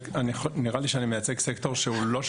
נראה לי שאני מייצג סקטור אחר,